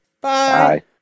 Bye